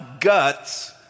guts